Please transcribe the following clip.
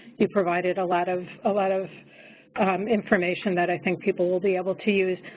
you provided a lot of ah lot of information that i think people will be able to use.